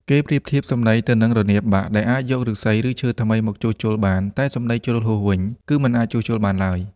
គេប្រៀបធៀបសម្តីទៅនឹង រនាបបាក់ ដែលអាចយកឫស្សីឬឈើថ្មីមកជួសជុលបាន តែ សម្ដីជ្រុលហួស វិញ គឺមិនអាចជួសជុលបានឡើយ។